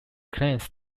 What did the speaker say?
claims